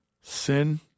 Sin